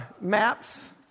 Maps